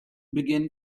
begin